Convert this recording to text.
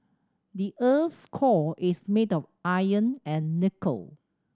the eart's core is made of iron and nickel